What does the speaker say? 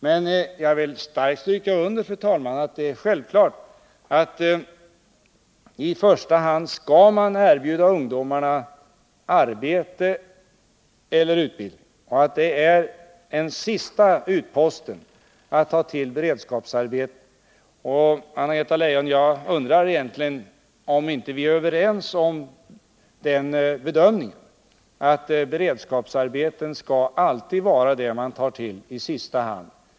Men jag vill starkt stryka under, fru talman, att det är självklart att man i första hand skall erbjuda ungdomarna arbete eller utbildning och att det är den sista utvägen att ta till beredskapsarbete. Och jag undrar, Anna-Greta Leijon, om vi egentligen inte är överens om bedömningen att beredskapsarbeten alltid skall vara det man tar till i sista hand.